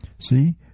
See